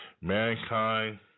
mankind